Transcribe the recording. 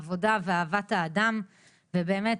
עבודה ואהבת האדם ובאמת,